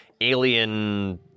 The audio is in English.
alien